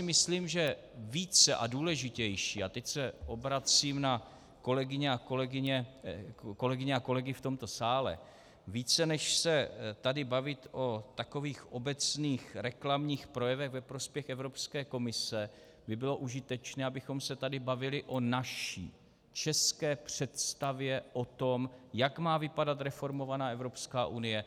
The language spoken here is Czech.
Myslím si, že více a důležitější a teď se obracím na kolegyně a kolegy v tomto sále více, než se tady bavit o takových obecných reklamních projevech ve prospěch Evropské komise, by bylo užitečné, abychom se tady bavili o naší české představě o tom, jak má vypadat reformovaná Evropská unie.